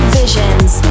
visions